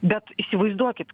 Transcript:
bet įsivaizduokit